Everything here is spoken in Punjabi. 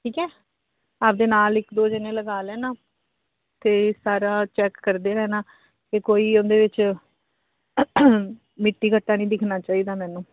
ਠੀਕ ਹੈ ਆਪਦੇ ਨਾਲ ਇੱਕ ਦੋ ਜਣੇ ਲਗਾ ਲੈਣਾ ਅਤੇ ਸਾਰਾ ਚੈੱਕ ਕਰਦੇ ਰਹਿਣਾ ਕਿ ਕੋਈ ਉਹਦੇ ਵਿੱਚ ਮਿੱਟੀ ਘੱਟਾ ਨਹੀਂ ਦਿਖਣਾ ਚਾਹੀਦਾ ਮੈਨੂੰ